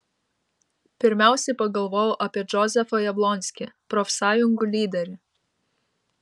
pirmiausiai pagalvojau apie džozefą jablonskį profsąjungų lyderį